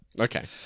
Okay